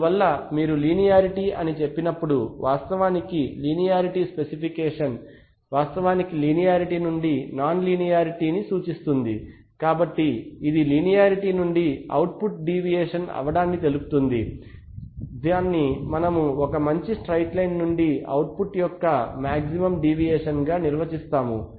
అందువల్ల మీరు లీనియారిటీ అని చెప్పినప్పుడు వాస్తవానికి లీనియారిటీ స్పెసిఫికేషన్ వాస్తవానికి లీనియారిటీ నుండి నాన్ లీనియారిటీ ని సూచిస్తుంది కాబట్టి ఇది లీనియారిటీ నుండి అవుట్పుట్ డీవియేషన్ అవడాన్ని తెలుపుతుంది దాన్ని మనము ఒక మంచి స్ట్రైట్ లైన్ నుండి అవుట్ పుట్ యొక్క మాక్సిమం డీవియేషన్ గా నిర్వచిస్తాము